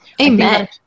Amen